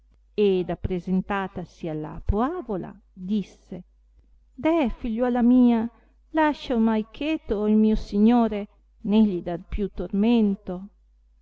tenti la ventura mia ed appresentatasi alla poavola disse deh figliuola mia lascia ornai cheto il mio signore né gli dar più tormento